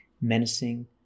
menacing